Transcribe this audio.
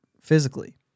physically